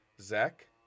Zach